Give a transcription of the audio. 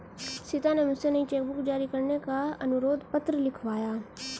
सीता ने मुझसे नई चेक बुक जारी करने का अनुरोध पत्र लिखवाया